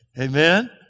Amen